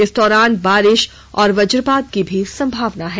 इस दौरान बारिश और वजपात की भी संभावना है